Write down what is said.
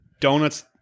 donuts